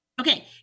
okay